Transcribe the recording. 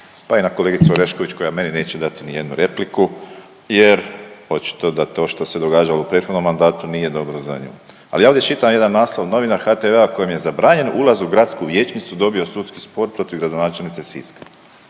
pa i na kolegicu Orešković koja meni neće dati ni jednu repliku jer očito da to što se događalo u prethodnom mandatu nije dobro za nju. Ali ja ovdje čitam jedan naslov novina HTV-a kojim je zabranjen ulaz u Gradsku vijećnicu dobio sudski spor protiv gradonačelnice Siska.